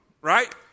right